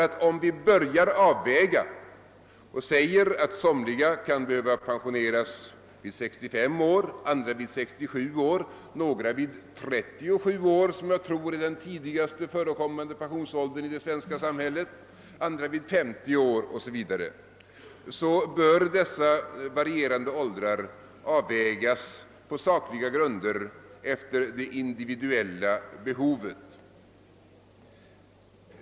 Ty om vi börjar avväga och säger att somliga kan behöva pensioneras vid 65 år, andra vid 67 år, några vid 37 år — vilken jag tror är den lägsta pensionsåldern i det svenska samhället — andra vid 50 år 0..S. V., bör dessa varierande åldrar avvägas på sakliga grunder efter det individuella behovet.